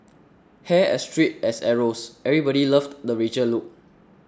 hair as straight as arrows everybody loved the Rachel look